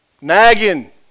Nagging